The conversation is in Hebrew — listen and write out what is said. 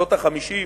בשנות ה-50,